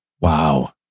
Wow